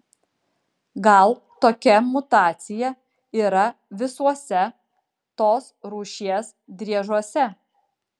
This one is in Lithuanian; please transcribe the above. gal tokia mutacija yra visuose tos rūšies driežuose